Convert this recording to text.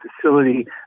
facility